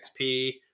XP